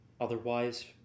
otherwise